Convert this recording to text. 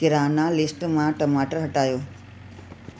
किराना list मां टमाटर हटायो